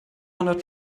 hundred